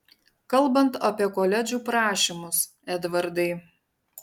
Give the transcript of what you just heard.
kalbant apie koledžų prašymus edvardai